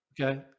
Okay